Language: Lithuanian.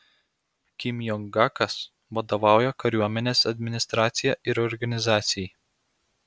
kim jong gakas vadovauja kariuomenės administracija ir organizacijai